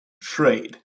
trade